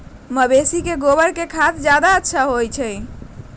मवेसी के गोबर के खाद ज्यादा अच्छा होई?